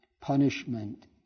punishment